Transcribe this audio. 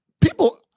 People